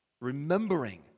remembering